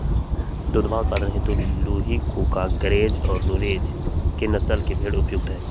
दुधवा उत्पादन हेतु लूही, कूका, गरेज और नुरेज नस्ल के भेंड़ उपयुक्त हई